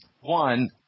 One